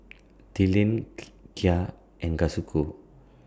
Tilden Kaia and Kazuko